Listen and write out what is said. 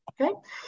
Okay